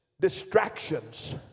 Distractions